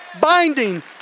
binding